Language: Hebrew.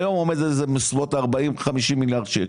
עומד על 40 50 מיליארדי שקלים.